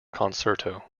concerto